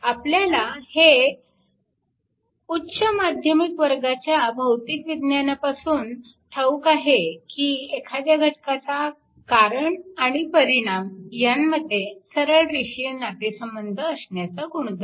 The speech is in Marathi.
आपल्याला हे उच्च माध्यमिक वर्गाच्या भौतिक विज्ञानापासून फिजिक्स physics ठाऊक आहे की एखाद्या घटकाचा 'कारण आणि परिणाम यांमध्ये सरळरेषीय नातेसंबंध असण्याचा गुणधर्म